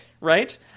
right